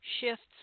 shifts